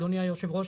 אדוני היושב-ראש,